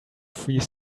free